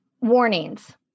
warnings